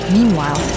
Meanwhile